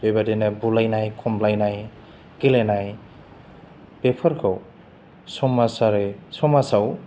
बेबायदिनो बुलायनाय खमलायनाय गेलेनाय बेफोरखौ समाजारि समाजाव